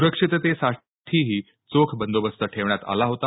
सुरक्षिततेसाठीही चोख बंदोबस्त ठेवण्यात आला होता